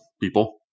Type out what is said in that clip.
people